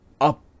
up